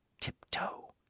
tiptoe